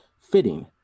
fitting